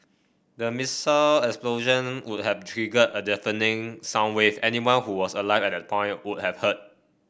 the missile explosion would have triggered a deafening sound wave anyone who was alive at that point would have heard